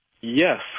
Yes